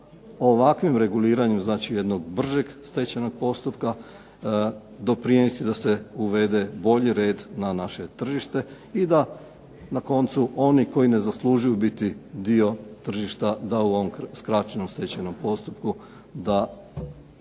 ovakvim reguliranjem znači jednog bržeg stečajnog postupka doprinijeti da se uvede bolji red na naše tržište i da na koncu oni koji ne zaslužuju biti dio tržišta da u ovom skraćenom stečajnom postupku da ih